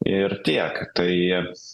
ir tiek tai